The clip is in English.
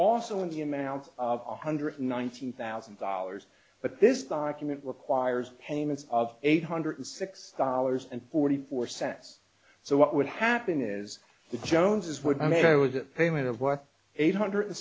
also in the amount of one hundred ninety thousand dollars but this document requires payments of eight hundred six dollars and forty four cents so what would happen is the joneses would i mean i was a payment of what eight hundred